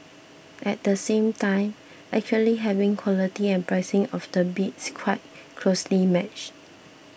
at the same time actually having quality and pricing of the bids quite closely matched